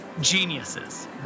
geniuses